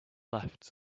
left